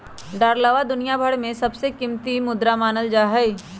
डालरवा दुनिया भर में सबसे ज्यादा कीमती मुद्रा मानल जाहई